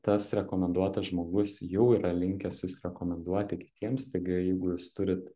tas rekomenduotas žmogus jau yra linkęs jus rekomenduoti kitiems taigi jeigu jūs turit